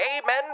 Amen